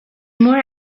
more